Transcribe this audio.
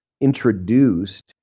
introduced